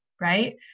right